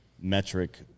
metric